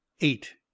eight